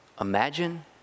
Imagine